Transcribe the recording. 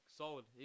solid